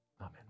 Amen